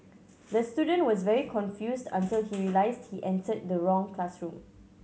the student was very confused until he realised he entered the wrong classroom